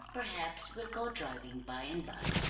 perhaps we'll go driving by and by.